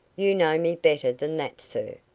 you know me better than that, sir.